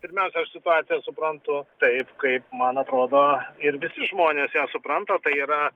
pirmiausia aš situaciją suprantu taip kaip man atrodo ir visi žmonės ją supranta tai yra